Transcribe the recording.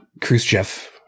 Khrushchev